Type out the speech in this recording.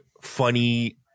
funny